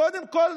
קודם כול